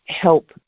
help